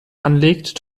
anlegt